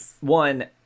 one